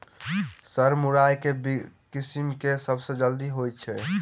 Sir मुरई केँ किसिम केँ सबसँ जल्दी होइ छै?